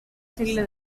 segle